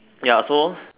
ya so